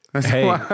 Hey